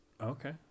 Okay